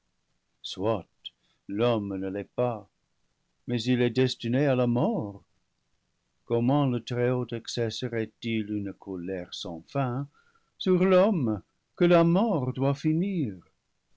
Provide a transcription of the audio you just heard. soit l'homme ne l'est pas mais il est destiné à la mort gomment le très-haut exercerait il une colère sans fin sur l'homme que la mort doit finir